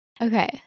Okay